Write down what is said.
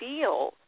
feel